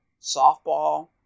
softball